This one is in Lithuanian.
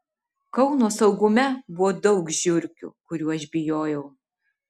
kauno saugume buvo daug žiurkių kurių aš bijojau